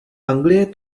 anglie